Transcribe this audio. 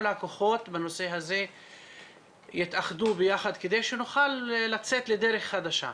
הכוחות בנושא הזה יתאחדו ביחד כדי שנוכל לצאת לדרך חדשה.